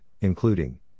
including